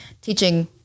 teaching